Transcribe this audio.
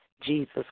Jesus